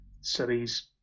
cities